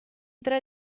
tre